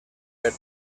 per